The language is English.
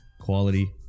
Quality